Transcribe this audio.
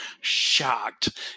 shocked